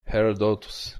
herodotus